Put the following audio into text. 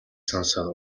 сонсоод